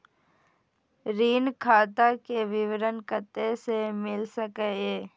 ऋण खाता के विवरण कते से मिल सकै ये?